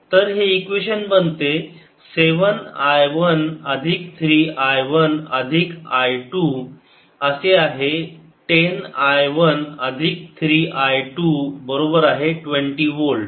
II1I27I13I1I220V 10I13I220 V तर हे equation बनते 7 I वन अधिक 3 I वन अधिक I टू असे आहे 10 I वन अधिक 3 I टू बरोबर आहे 20 वोल्ट